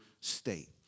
state